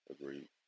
Agreed